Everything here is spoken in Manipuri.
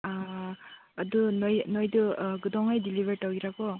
ꯑꯗꯨ ꯅꯣꯏꯗꯨ ꯀꯩꯗꯧꯉꯩ ꯗꯤꯂꯤꯕꯔ ꯇꯧꯒꯦꯔꯥꯀꯣ